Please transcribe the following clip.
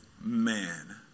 man